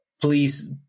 please